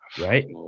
right